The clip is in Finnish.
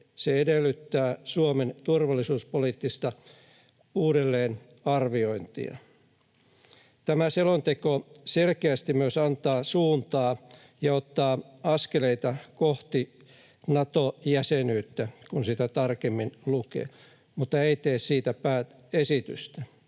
se edellyttää Suomen turvallisuuspoliittista uudelleenarviointia. Tämä selonteko selkeästi myös antaa suuntaa ja ottaa askeleita kohti Nato-jäsenyyttä, kun sitä tarkemmin lukee, mutta ei tee siitä esitystä.